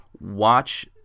watch